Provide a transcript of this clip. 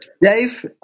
Dave